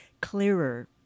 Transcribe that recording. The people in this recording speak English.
clearer